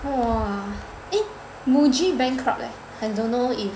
!wah! eh Muji bankrupt leh I don't know if